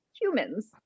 humans